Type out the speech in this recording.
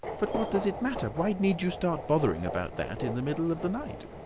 but what does it matter? why need you start bothering about that in the middle of the night?